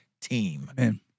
team